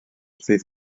ddydd